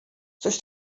coś